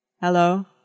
Hello